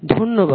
ধন্যবাদ